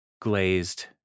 glazed